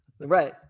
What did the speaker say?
Right